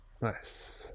nice